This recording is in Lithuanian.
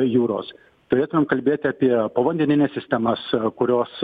jūros turėtumėm kalbėt apie povandenines sistemas kurios